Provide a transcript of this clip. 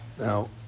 Now